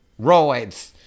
roids